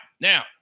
now